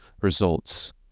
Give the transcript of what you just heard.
results